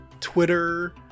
Twitter